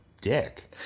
dick